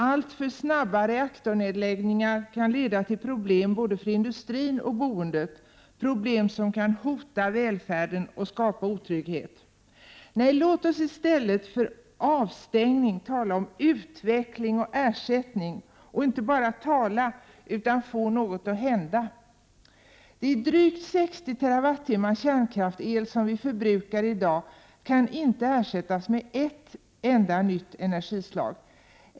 Alltför snabba reaktornedläggningar kan leda till problem för både industrin och boendet, problem som kan hota välfärden och skapa otrygghet. Nej, låt oss i stället för avstängning tala om utveckling och ersättning, och inte bara tala, utan få något att hända. De drygt 60 TWh kärnkraftsel som vi förbrukar i dag kan inte ersättas av ett enda nytt energislag.